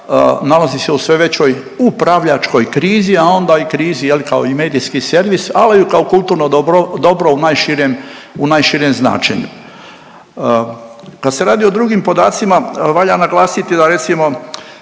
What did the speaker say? nalazi se u sve većoj upravljačkoj krizi, a onda i krizi, je li, kao i medijski servis, ali i kao kulturno dobro u najširem značenju. Kad se radi o drugim podacima, valja naglasiti da, recimo,